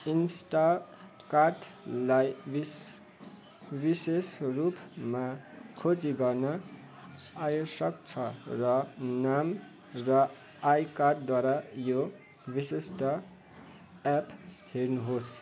इन्स्टाकार्टलाई विश विशेष रूपमा खोजी गर्न आवश्यक छ र नाम र आइकार्डद्वारा यो विशिष्ट एप हेर्नुहोस्